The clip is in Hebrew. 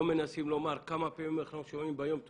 לא מנסים לומר כמה פעמים אנחנו שומעים ביום על